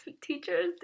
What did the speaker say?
teachers